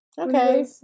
Okay